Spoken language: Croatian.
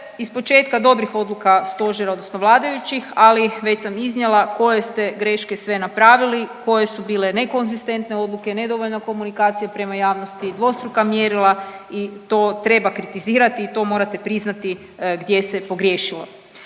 ispočetka dobrih odluka Stožera odnosno vladajućih, ali već sam iznijela koje ste greške sve napravili, koje su bile nekonzistentne odluke, nedovoljno komunikacije prema javnosti, dvostruka mjerila i to treba kritizirati i to morate priznati gdje se pogriješilo.